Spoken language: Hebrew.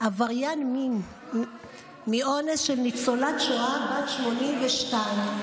עבריין מין מאונס של ניצולת שואה בת 82,